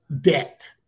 debt